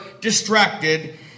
distracted